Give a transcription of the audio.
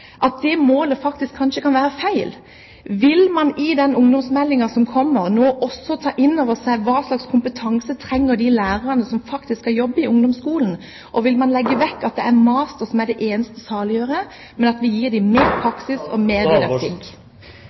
kanskje kan være feil. Vil man i den ungdomsmeldingen som kommer, nå også ta inn over seg hva slags kompetanse de lærerne som faktisk skal jobbe i ungdomsskolen, trenger? Vil man legge vekk dette at det er en master som er det eneste saliggjørende, og gi dem mer praksis og mer